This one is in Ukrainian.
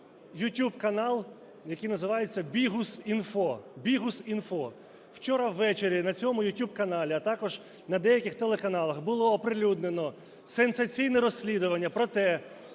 ютуб-канал, який називаєтьсяBihus.info. Bihus.info. Вчора ввечері на цьому ютуб-каналі, а також на деяких телеканалах, було оприлюднено сенсаційне розслідування про те,